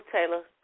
Taylor